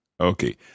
Okay